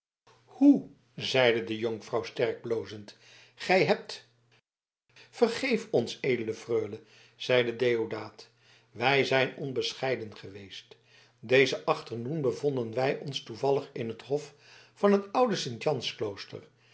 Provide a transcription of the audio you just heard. hoe zeide de jonkvrouw sterk blozende gij hebt vergeef ons edele freule zeide deodaat wij zijn onbescheiden geweest dezen achternoen bevonden wij ons toevallig in den hof van het oude sint jans klooster